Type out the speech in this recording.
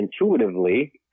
intuitively